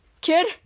kid